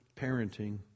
parenting